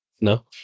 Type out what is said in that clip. No